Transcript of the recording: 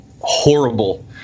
horrible